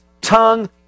tongue